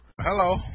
Hello